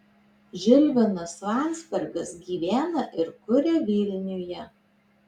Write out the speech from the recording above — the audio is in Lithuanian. žilvinas landzbergas gyvena ir kuria vilniuje